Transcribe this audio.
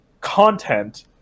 content